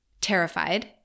Terrified